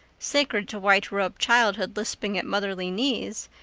sacred to white-robed childhood lisping at motherly knees,